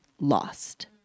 lost